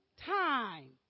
time